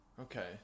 Okay